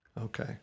Okay